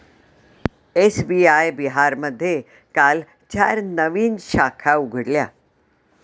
SBI बिहारमध्ये काल चार नवीन शाखा उघडल्या